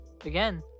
again